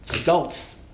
adults